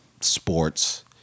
sports